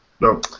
No